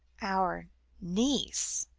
our niece?